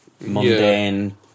mundane